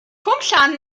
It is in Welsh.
cwmllan